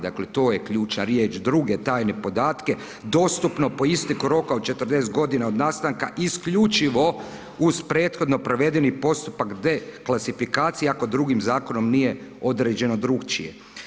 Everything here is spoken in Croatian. Dakle, to je ključna riječ druge tajne podatke dostupno po isteku roka od 40 godina od nastanka isključivo uz prethodno provedeni postupak deklasifikacije ako drugim zakonom nije određeno drukčije.